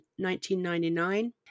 1999